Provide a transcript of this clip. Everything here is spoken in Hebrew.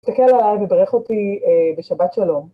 תסתכל עליי וברך אותי בשבת שלום.